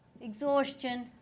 exhaustion